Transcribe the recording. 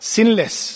Sinless